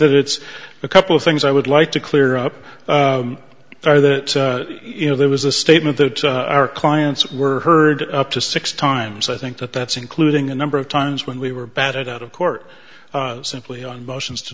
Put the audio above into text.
that it's a couple of things i would like to clear up are that you know there was a statement that our clients were heard up to six times i think that that's including a number of times when we were bad it out of court simply on motions to